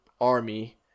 army